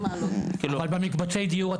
אבל במקצבי דיור,